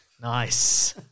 Nice